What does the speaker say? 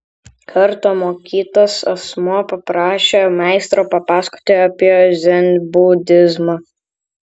kartą mokytas asmuo paprašė meistro papasakoti apie dzenbudizmą